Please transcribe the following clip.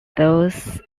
those